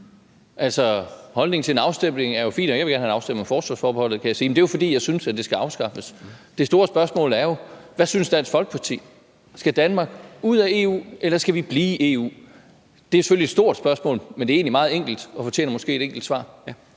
holdningen til en afstemning. Jeg vil gerne have en afstemning om forsvarsforbeholdet, kan jeg sige, men det er jo, fordi jeg synes, det skal afskaffes. Det store spørgsmål er: Hvad synes Dansk Folkeparti? Skal Danmark ud af EU, eller skal vi blive i EU? Det er selvfølgelig et stort spørgsmål, men det er egentlig meget enkelt og fortjener måske et enkelt svar.